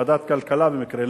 ועדת כלכלה במקרה,